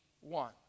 one